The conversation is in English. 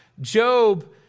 Job